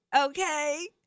okay